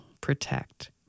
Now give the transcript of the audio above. Protect